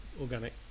organic